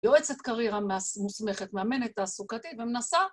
יועצת קריירה מוסמכת, מאמנת, תעסוקתית ומנסה.